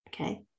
Okay